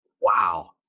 Wow